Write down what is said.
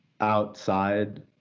outside